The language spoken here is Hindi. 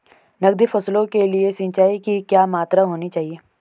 नकदी फसलों के लिए सिंचाई की क्या मात्रा होनी चाहिए?